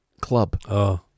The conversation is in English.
club